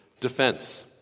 defense